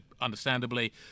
understandably